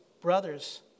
brothers